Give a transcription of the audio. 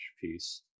piece